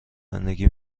زندگی